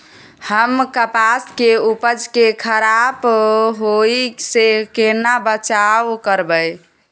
हम कपास के उपज के खराब होय से केना बचाव करबै?